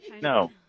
No